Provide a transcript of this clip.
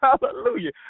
hallelujah